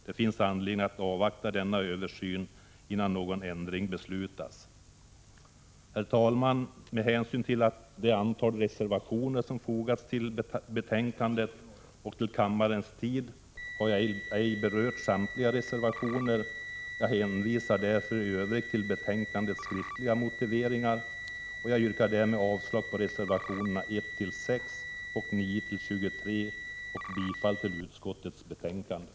Det finns anledning att avvakta denna översyn innan någon ändring beslutas. Herr talman! Med hänsyn till det antal reservationer som fogats till betänkandet och med hänsyn till kammarens tid har jag inte berört samtliga reservationer. Jag hänvisar därför i övrigt till betänkandets skriftliga motiveringar. Jag yrkar härmed avslag på reservationerna 1-6 och 9-23 och bifall till utskottets hemställan.